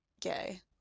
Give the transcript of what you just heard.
gay